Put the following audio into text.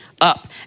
up